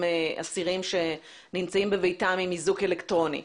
אסירים שנמצאים בביתם עם איזוק אלקטרוני,